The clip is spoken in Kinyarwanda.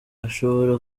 ashobora